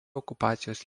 okupacijos